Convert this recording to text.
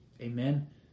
Amen